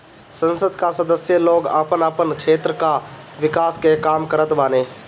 संसद कअ सदस्य लोग आपन आपन क्षेत्र कअ विकास के काम करत बाने